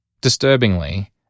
Disturbingly